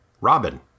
Robin